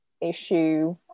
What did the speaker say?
issue